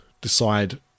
decide